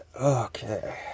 Okay